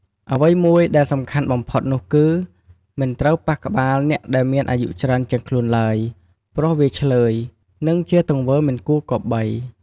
អ្វីមួយដែលសំខាន់បំផុតនោះគឺ មិនត្រូវប៉ះក្បាលអ្នកដែលមានអាយុច្រើនជាងខ្លួនឡើយ ព្រោះវាឈ្លើយ និងជាទង្វើមិនគួរគម្បី។